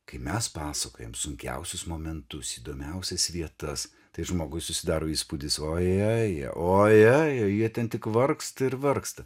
kai mes pasakojam sunkiausius momentus įdomiausias vietas tai žmogui susidaro įspūdis ojeje ojeje jie ten tik vargsta ir vargsta